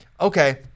okay